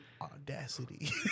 Audacity